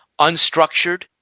unstructured